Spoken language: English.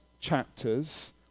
chapters